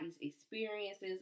experiences